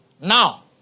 now